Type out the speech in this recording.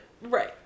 Right